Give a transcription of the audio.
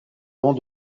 long